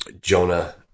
Jonah